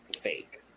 fake